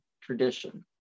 tradition